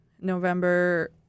November